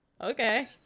Okay